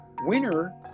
Winner